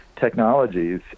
technologies